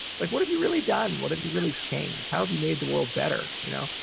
it's like, what have you really done? what have you really changed? how have you made the world better? you know?